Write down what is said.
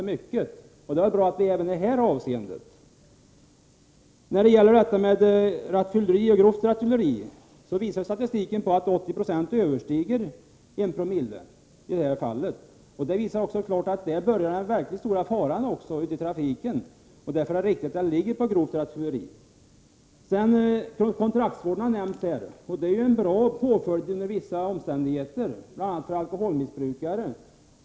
Det är alltså bra att vi är ett föredöme även i det här avseendet. När det gäller rattfylleri och grovt rattfylleri visar statistiken att i 80 26 av fallen är promillehalten högre än 1. Det visar klart att där inträder den verkligt stora faran ute i trafiken. Därför är det riktigt att tala om grovt rattfylleri. Kontraktsvården har nämnts här. Det är en bra påföljd under vissa omständigheter, bl.a. när det gäller alkoholmissbrukare.